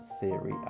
theory